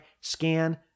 scan